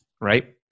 Right